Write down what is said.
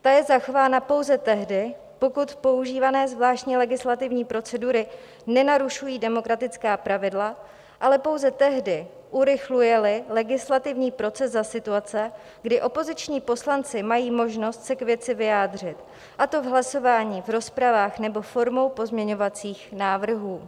Ta je zachována pouze tehdy, pokud používané zvláštní legislativní procedury nenarušují demokratická pravidla, ale pouze tehdy, urychlujeli legislativní proces za situace, kdy opoziční poslanci mají možnost se k věci vyjádřit, a to v hlasování, v rozpravách nebo formou pozměňovacích návrhů.